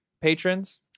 patrons